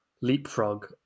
leapfrog